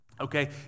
Okay